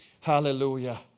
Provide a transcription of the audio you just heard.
Hallelujah